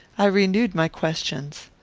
i renewed my questions.